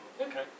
Okay